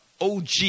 OG